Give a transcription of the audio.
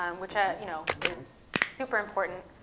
um which, ah you know, is super important.